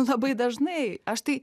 labai dažnai aš tai